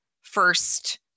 first